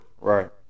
Right